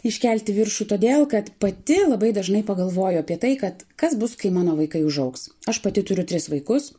iškelt į viršų todėl kad pati labai dažnai pagalvoju apie tai kad kas bus kai mano vaikai užaugs aš pati turiu tris vaikus